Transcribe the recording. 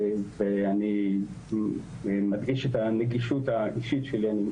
אני מדגיש את הנגישות האישית שלי,